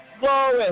Glory